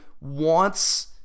wants